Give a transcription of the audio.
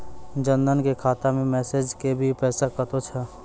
जन धन के खाता मैं मैसेज के भी पैसा कतो छ?